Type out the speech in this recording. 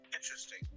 Interesting